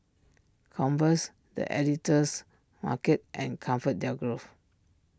Converse the Editor's Market and ComfortDelGro